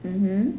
mmhmm